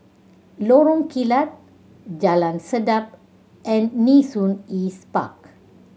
Lorong Kilat Jalan Sedap and Nee Soon East Park